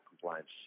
compliance